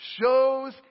shows